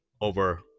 over